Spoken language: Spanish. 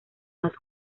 más